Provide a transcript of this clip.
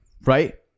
right